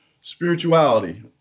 spirituality